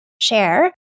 share